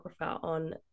on